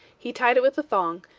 he tied it with a thong,